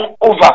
over